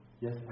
Yes